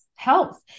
Health